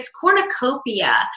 cornucopia